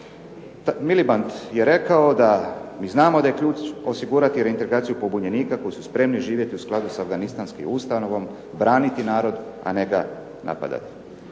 Miliband je rekao da mi znamo da je ključ osigurati reintegraciju pobunjenika koji su spremni živjeti u skladu s afganistanskim Ustavom, braniti narod, a ne ga napadati.